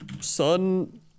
sun